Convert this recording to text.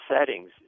settings